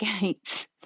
gates